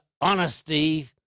honesty